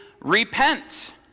repent